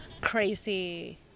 crazy